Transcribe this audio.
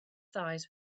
thighs